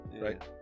Right